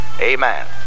amen